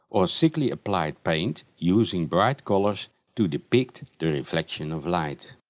or thickly applied paint, using bright colors to depict the reflection of light.